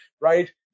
right